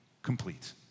Complete